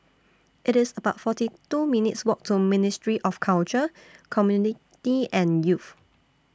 It's about forty two minutes' Walk to Ministry of Culture Community and Youth